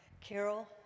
Carol